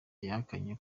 yahakanye